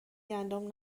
گندم